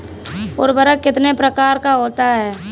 उर्वरक कितने प्रकार का होता है?